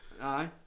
aye